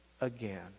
again